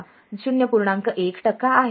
1 टक्का आहे